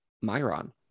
myron